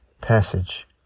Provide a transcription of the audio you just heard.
passage